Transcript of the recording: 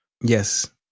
Yes